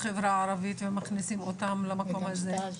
החברה הערבית ומכניסים אותם למקום הזה?